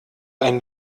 ein